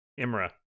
Imra